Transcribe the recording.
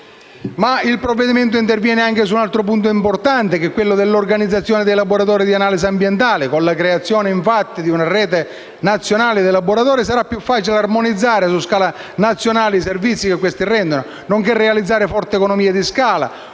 Il provvedimento interviene però anche su un altro punto importante, quello dell'organizzazione dei laboratori di analisi ambientale. Con la creazione di una rete nazionale dei laboratori sarà infatti più facile armonizzare su scala nazionale i servizi che questi rendono, nonché realizzare forti economie di scala,